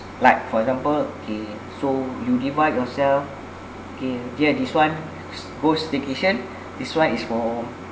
like for example okay so you divide yourself okay dear this one goes staycation this one is for